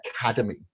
academy